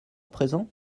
présent